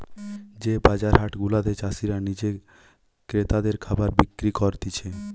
যে বাজার হাট গুলাতে চাষীরা নিজে ক্রেতাদের খাবার বিক্রি করতিছে